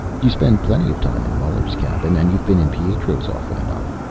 you spend plenty of time in muller's cabin and you've been in pietro's often enough.